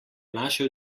našel